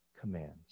commands